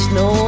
no